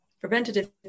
preventative